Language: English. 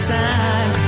time